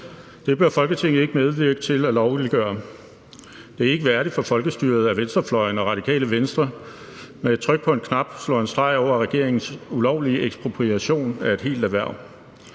Det bør Folketinget ikke medvirke til at lovliggøre. Det er ikke værdigt for folkestyret, at venstrefløjen og Radikale Venstre med et tryk på en knap slår en streg over regeringens ulovlige ekspropriation af et helt erhverv.